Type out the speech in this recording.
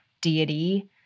deity